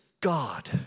God